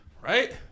Right